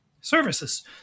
services